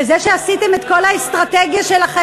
וזה שעשיתם את כל האסטרטגיה שלכם